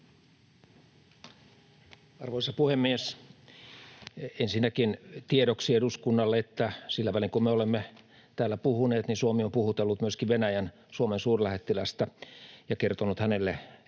Arvoisa puhemies! Ensinnäkin tiedoksi eduskunnalle, että sillä välin kun me olemme täällä puhuneet, Suomi on puhutellut myöskin Venäjän Suomen-suurlähettilästä ja kertonut hänelle, että